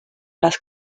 las